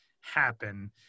happen